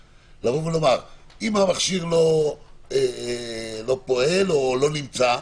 לומר: אם המכשיר לא פועל או לא נמצא,